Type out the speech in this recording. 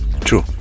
True